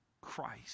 Christ